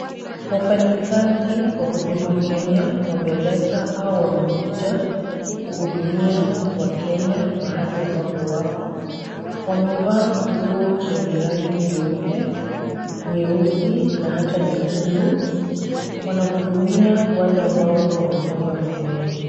Wafanyikazi wa Huduma Kenya, wameleta au wamekuja kuhudumia wakenya mahali ambapo wako. Wamevaa nguo lenye rangi nyeupe, nyeusi na hata nyekundu. Wanahudumia wale ambao wamepanga foleni.